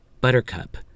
Buttercup